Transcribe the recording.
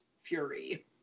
fury